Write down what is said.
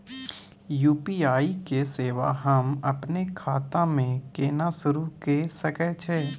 UPI के सेवा हम अपने खाता म केना सुरू के सके छियै?